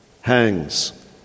hangs